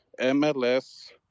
MLS